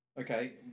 Okay